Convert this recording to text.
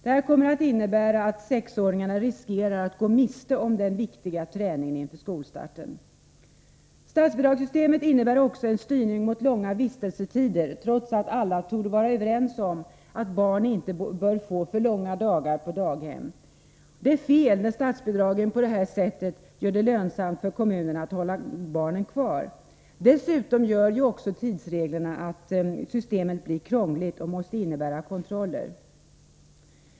Det här kommer att innebära att sexåringarna riskerar att gå miste om den viktiga träningen inför skolstarten. Statsbidragssystemet innebär också en styrning mot långa vistelsetider, trots att alla torde vara överens om att barn inte bör få för långa dagar på daghem. Det är fel när statsbidragen på detta sätt gör det lönsamt för kommuner att hålla barnen kvar. Dessutom leder tidsreglerna också till att systemet blir krångligt och måste innebära kontroller.